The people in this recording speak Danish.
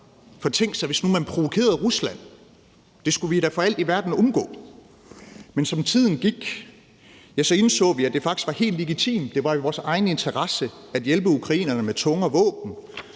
For tænk, hvis man nu provokerede Rusland. Det skulle vi da for alt i verden undgå. Men som tiden gik, indså vi, at det faktisk var helt legitimt, og at det var i vores egen interesse at hjælpe ukrainerne med tungere våben.